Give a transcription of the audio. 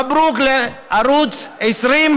מברוכ לערוץ 20,